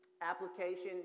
application